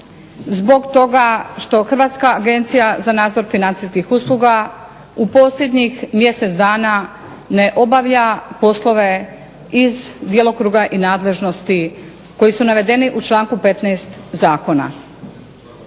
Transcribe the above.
zbog toga što Hrvatska agencija za nadzor financijskih usluga u posljednjih mjesec dana ne obavlja poslove iz djelokruga i nadležnosti koji su navedeni u članku 15. Zakona.